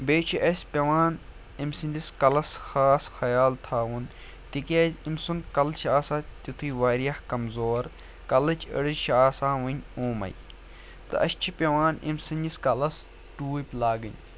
بیٚیہِ چھِ اَسہِ پٮ۪وان أمۍ سٕنٛدِس کَلَس خاص خیال تھاوُن تِکیٛازِ أمۍ سُنٛد کَلہٕ چھِ آسان تیُتُے واریاہ کمزوٗر کَلٕچ أڑج چھِ آسان وٕنۍ اومَے تہٕ اَسہِ چھِ پٮ۪وان أمۍ سٕنٛدِس کَلَس ٹوٗپۍ لاگٕنۍ